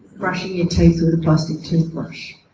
brushing your teeth with a plastic toothbrush,